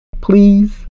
Please